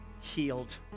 healed